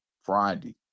Friday